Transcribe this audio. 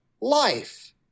life